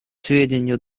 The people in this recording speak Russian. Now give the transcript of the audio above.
сведению